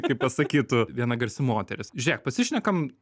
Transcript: kaip pasakytų viena garsi moteris žiūrėk pasišnekam